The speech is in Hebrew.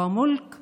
הוא רכוש